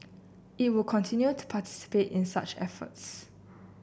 it will continue to participate in such efforts